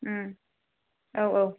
औ औ